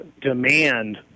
demand